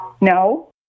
no